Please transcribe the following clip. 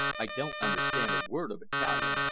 i don't understand a word of italian,